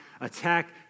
attack